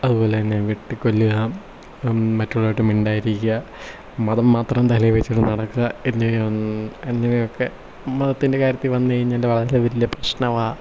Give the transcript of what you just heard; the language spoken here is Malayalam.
അതുപോലെ തന്നെ വെട്ടിക്കൊല്ലുക മറ്റുള്ളവരായിട്ട് മിണ്ടാതിരിക്കുക മതം മാത്രം തലയിൽ വെച്ചുകൊണ്ട് നടക്കുക എന്നിവയും എന്നിവയൊക്കെ മതത്തിൻ്റെ കാര്യത്തിൽ വന്നു കഴിഞ്ഞാലും വലിയ പ്രശ്നമാണ്